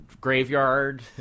graveyard